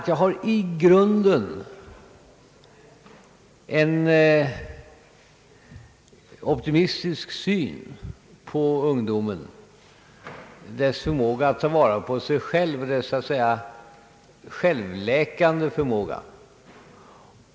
Jag har i grunden en optimistisk syn på ungdomen, på dess förmåga att ta vara på sig själv och på dess självläkande förmåga.